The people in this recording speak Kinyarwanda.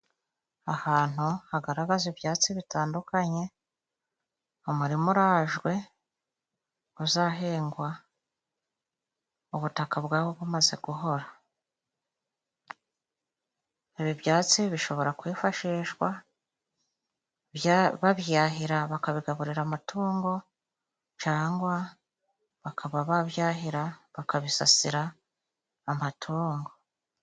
Ahantu hagaragaza ibyatsi bitandukanye, umurima urajwe, uzahingwa ubutaka bwawo bumaze guhora. Ibi byatsi bishobora kwifashishwa babyahira bakabigaburira amatungo cyangwa bakaba babyahira bakabisasira amatungo.